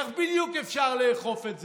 איך בדיוק אפשר לאכוף את זה?